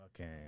okay